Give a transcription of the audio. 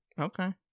okay